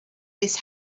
this